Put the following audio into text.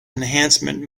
enhancement